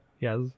yes